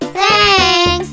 Thanks